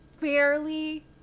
barely